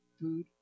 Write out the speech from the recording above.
food